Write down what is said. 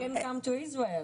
(אומר דברים בשפה האנגלית להלן התרגום החופשי)